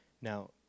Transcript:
Now